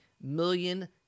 million